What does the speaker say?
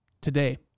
today